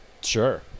sure